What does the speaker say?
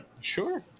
sure